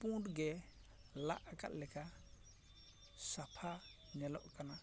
ᱯᱩᱱ ᱜᱮ ᱞᱟᱫ ᱞᱮᱠᱟ ᱥᱟᱯᱷᱟ ᱧᱮᱞᱚᱜ ᱠᱟᱱᱟ